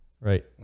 Right